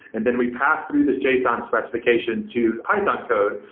and then we pass through this json specification to python code,